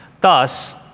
thus